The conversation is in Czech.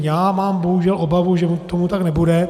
Já mám bohužel obavu, že tomu tak nebude.